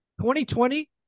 2020